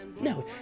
No